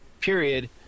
period